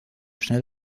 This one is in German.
schnell